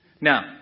Now